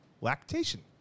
lactation